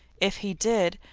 if he did,